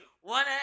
one